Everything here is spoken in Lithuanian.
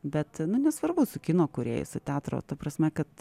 bet nu nesvarbu su kino kūrėjais su teatro ta prasme kad